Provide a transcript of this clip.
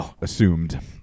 assumed